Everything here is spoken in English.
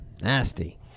Nasty